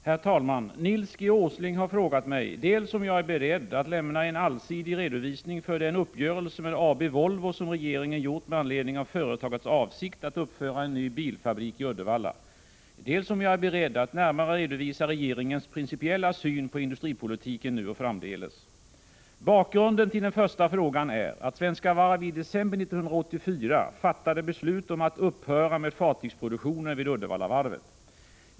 Herr talman! Nils G. Åsling har frågat mig dels om jag är beredd att lämna en allsidig redovisning för den uppgörelse med AB Volvo som regeringen gjort med anledning av företagets avsikt att uppföra en ny bilfabrik i Uddevalla, dels om jag är beredd att närmare redovisa regeringens principiella syn på industripolitiken nu och framdeles. Bakgrunden till den första frågan är att Svenska Varv i december 1984 fattade beslut om att upphöra med fartygsproduktionen vid Uddevallavarvet.